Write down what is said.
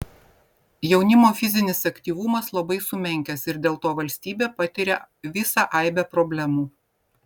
jaunimo fizinis aktyvumas labai sumenkęs ir dėl to valstybė patiria visą aibę problemų